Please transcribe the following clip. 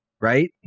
Right